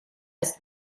ist